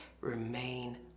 remain